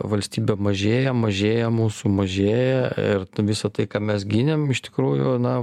valstybė mažėja mažėja mūsų mažėja ir visa tai ką mes gynėm iš tikrųjų na